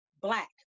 Black